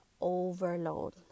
overload